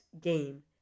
game